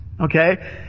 Okay